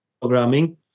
programming